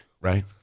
Right